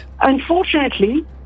Unfortunately